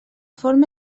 forma